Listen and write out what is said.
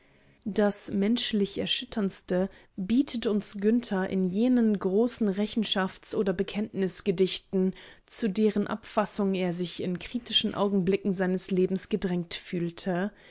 das menschlich erschütterndste bietet uns günther in jenen großen rechenschafts oder bekenntnisgedichten zu deren abfassung er sich in kritischen augenblicken seines lebens gedrängt fühlte